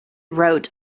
wrote